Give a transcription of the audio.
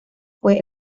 fue